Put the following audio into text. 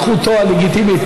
זכותו הלגיטימית.